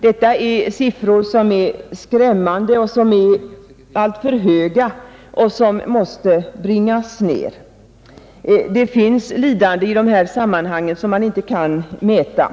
Dessa siffror är skrämmande och alltför höga. De måste bringas ned. Det finns lidande i dessa sammanhang som man inte kan mäta,